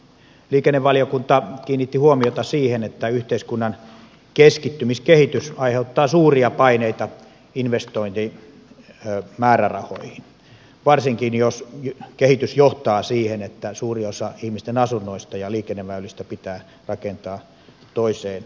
liikennevaliokunta kiinnitti huomiota siihen että yhteiskunnan keskittymiskehitys aiheuttaa suuria paineita investointimäärärahoihin varsinkin jos kehitys johtaa siihen että suuri osa ihmisten asunnoista ja liikenneväylistä pitää rakentaa toiseen kertaan